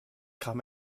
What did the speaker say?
kam